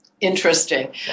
Interesting